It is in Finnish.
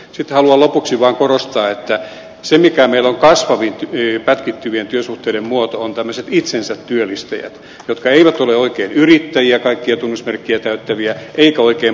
sitten haluan lopuksi vaan korostaa että se mikä meillä on kasvavin pätkittyvien työsuhteiden muoto on tämmöiset itsensä työllistäjät jotka eivät ole oikein yrittäjiä kaikkia tunnusmerkkejä täyttäviä eivätkä oikein palkansaajiakaan